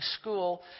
school